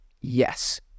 Yes